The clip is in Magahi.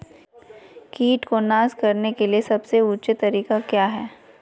किट को नास करने के लिए सबसे ऊंचे तरीका काया है?